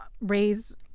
raise